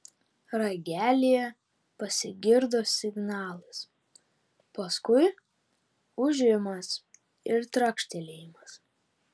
ragelyje pasigirdo signalas paskui ūžimas ir trakštelėjimas